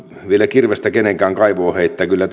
vielä kirvestä kenenkään kaivoon heittää kyllä